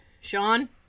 Sean